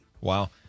Wow